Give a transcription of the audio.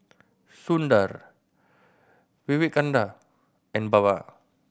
Sundar Vivekananda and Baba